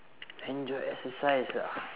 enjoy exercise ah